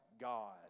God